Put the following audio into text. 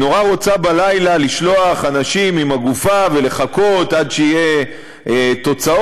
היא נורא רוצה בלילה לשלוח אנשים עם הגופה ולחכות עד שיהיו תוצאות,